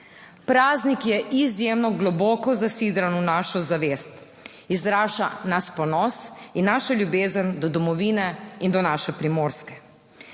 Praznik je izjemno globoko zasidran v našo zavest, izraža naš ponos in našo ljubezen do domovine in do naše Primorske.